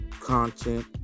content